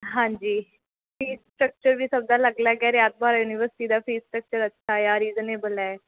ਹਾਂਜੀ fees structure ਵੀ ਸਭ ਦਾ ਅਲੱਗ ਅਲੱਗ ਹੈ ਰਿਆਤ ਬਾਹਰਾ ਯੂਨੀਵਰਸਿਟੀ ਦਾ ਫੀਸ ਸਟੱਕਚਰ ਅੱਛਾ ਆ ਰੀਜਨਏਬਲ ਹੈ